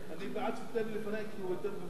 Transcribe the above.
אני בעד שתיתן לו לפני, כי הוא יותר מבוגר ממני.